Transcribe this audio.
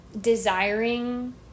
desiring